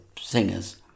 singers